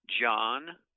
John